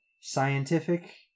scientific